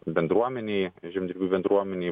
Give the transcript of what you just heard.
bendruomenei žemdirbių bendruomenei